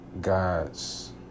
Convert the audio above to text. God's